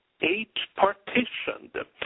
eight-partitioned